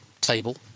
table